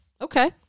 Okay